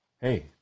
Hey